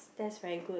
that's very good